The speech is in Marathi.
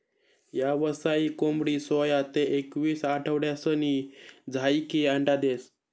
यावसायिक कोंबडी सोया ते एकवीस आठवडासनी झायीकी अंडा देस